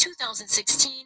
2016